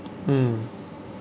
mm